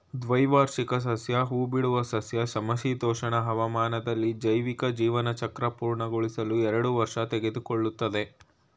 ದ್ವೈವಾರ್ಷಿಕ ಸಸ್ಯ ಹೂಬಿಡುವ ಸಸ್ಯ ಸಮಶೀತೋಷ್ಣ ಹವಾಮಾನದಲ್ಲಿ ಜೈವಿಕ ಜೀವನಚಕ್ರ ಪೂರ್ಣಗೊಳಿಸಲು ಎರಡು ವರ್ಷ ತೆಗೆದುಕೊಳ್ತದೆ